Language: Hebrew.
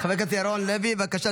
חבר הכנסת ירון לוי, בבקשה.